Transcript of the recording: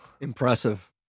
Impressive